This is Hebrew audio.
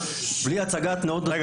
בלי הצגת דעות נוספות --- רגע,